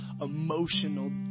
emotional